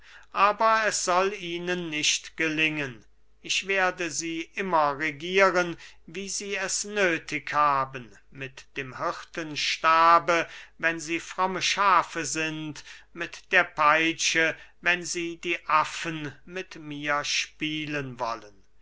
aber es soll ihnen nicht gelingen ich werde sie immer regieren wie sie es nöthig haben mit dem hirtenstabe wenn sie fromme schafe sind mit der peitsche wenn sie die affen mit mir spielen wollen